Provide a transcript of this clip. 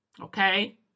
Okay